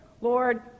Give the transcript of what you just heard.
Lord